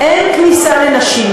"אין כניסה לנשים".